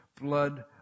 blood